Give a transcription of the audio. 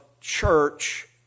church